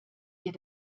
ihr